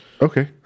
Okay